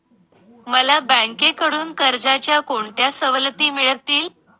मला बँकेकडून कर्जाच्या कोणत्या सवलती मिळतील?